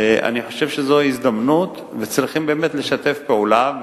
אני חושב שזו הזדמנות, וצריכים באמת לשתף פעולה.